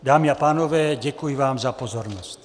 Dámy a pánové, děkuji vám za pozornost.